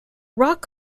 rock